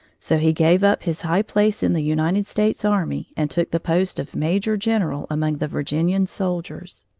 so he gave up his high place in the united states army and took the post of major-general among the virginian soldiers.